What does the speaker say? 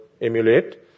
emulate